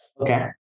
Okay